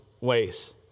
ways